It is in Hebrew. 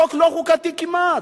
חוק לא חוקתי כמעט,